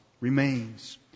remains